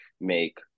make